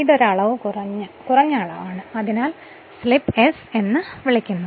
ഇത് ഒരു അളവ് കുറഞ്ഞ അളവാണ് അതിനാൽ ഞങ്ങൾ സ്ലിപ്പ് എസ് എന്ന് വിളിക്കുന്നു